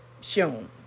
shown